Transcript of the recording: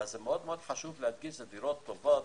וחשוב להדגיש אלה דירות טובות,